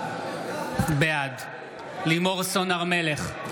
בעד לימור סון הר מלך,